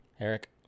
Eric